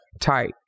tight